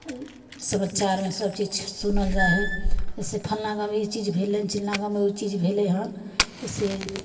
समाचारमे सब चीज सुनल जाइ ह शइ जैसे फन्ना गाममे ई चीज भेलै चिल्लाँ गाममे ओ चीज भेलै हन से